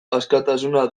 askatasuna